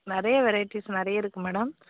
நிறைய வெரைட்டிஸ் நிறைய இருக்குது மேடம்